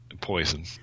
poison